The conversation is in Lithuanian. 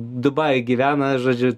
dubajuj gyvena žodžiu